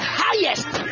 highest